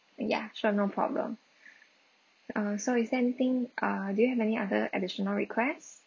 ya sure no problem uh so is there anything uh do you have any other additional request